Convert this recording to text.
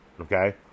Okay